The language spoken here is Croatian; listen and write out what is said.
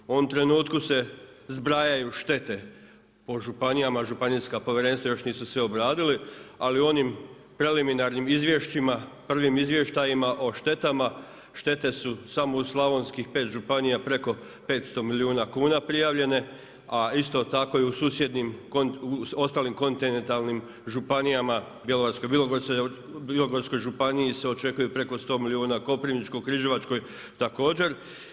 U ovom trenutku se zbrajaju štete po županijama, županijska povjerenstva još nisu sve obradili ali u onim preliminarnim izvješćima, prvim izvještajima o štetama, štete su samo u slavonskih pet županija, preko 500 milijuna kuna prijavljene a isto tako i u ostalim kontinentalnim županijama Bjelovarsko-bilogorska županiji se očekuje preko 100 milijuna, Koprivničko-križevačkoj, također.